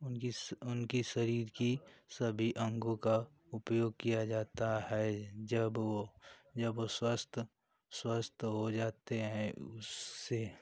उनकी स उनकी शरीर की सभी अंगों का उपयोग किया जाता है जब वह जब वह स्वस्थ स्वस्थ हो जाते हैं उससे